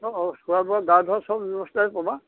অ' খোৱা বোৱা গা ধোৱা চব ব্যৱস্থাই পাবা